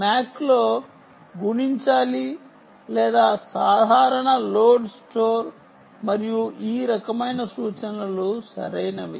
MAC లో గుణించాలి లేదా సాధారణ లోడ్ స్టోర్ మరియు ఈ రకమైన సూచనలు సరైనవి